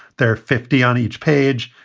there are fifty on each page.